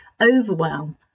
overwhelm